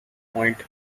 point